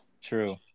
True